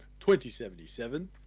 2077